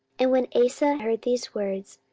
and when asa heard these words,